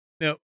nope